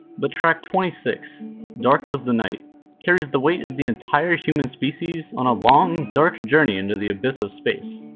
but track twenty six dark was the night carries the weight of the entire human species on a long dark journey into the abyss of space.